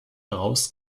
heraus